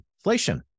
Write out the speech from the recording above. inflation